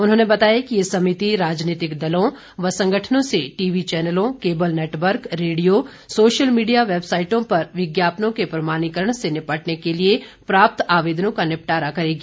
उन्होंने बताया कि ये समिति राजनीतिक दलों व संगठनों से टीवी चैनलों cable network radio video social media वेबसाईटों पर विज्ञापनों के प्रमाणीकरण से निपटने के लिए प्राप्त आवेदनों का निपटारा करेगी